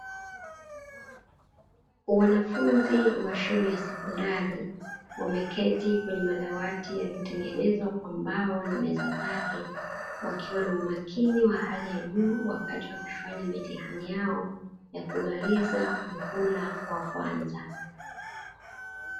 Wanafunzi wa shule ya sekondari wameketi kwenye madawati yaliyotengenezwa kwa mbao na meza zake, wakiwa na umakini wa hali ya juu wakati wakifanya mitihani yao ya kumaliza muhula wa kwanza.